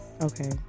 Okay